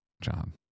John